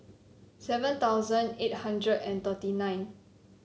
seven thousand eight hundred and thirty nine